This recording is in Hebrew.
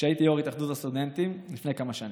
כשהייתי יו"ר התאחדות הסטודנטים לפני כמה שנים: